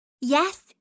Yes